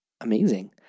amazing